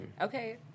Okay